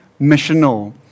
missional